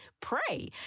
pray